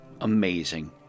Amazing